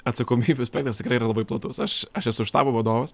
atsakomybių spektras tikrai yra labai platus aš aš esu štabo vadovas